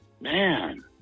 man